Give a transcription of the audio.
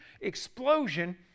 explosion